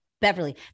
Beverly